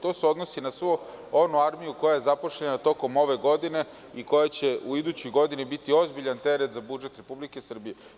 To se odnosi na svu armiju koja je zaposlena tokom ove godine i koja će u idućoj godini biti ozbiljan teret za budžet Republike Srbije.